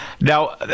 Now